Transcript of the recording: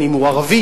ערבי,